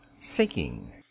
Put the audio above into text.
Sinking